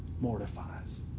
mortifies